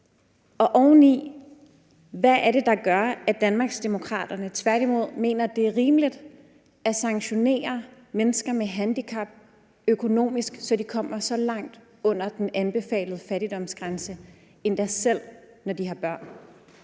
spørge, hvad det er, der gør, at Danmarksdemokraterne tværtimod mener, det er rimeligt at sanktionere mennesker med handicap økonomisk, så de kommer så langt under den anbefalede fattigdomsgrænse, endda selv når de har børn.